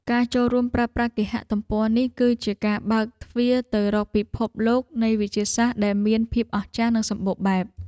ការចូលរួមប្រើប្រាស់គេហទំព័រនេះ គឺជាការបើកទ្វារទៅរកពិភពលោកនៃវិទ្យាសាស្ត្រដែលមានភាពអស្ចារ្យនិងសម្បូរបែប។